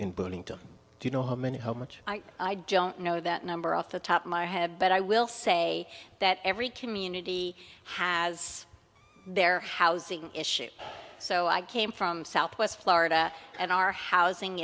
do you know how many home which i don't know that number off the top of my head but i will say that every community has their housing issue so i came from southwest florida and our housing